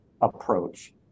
approach